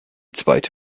zweite